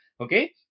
okay